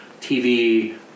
tv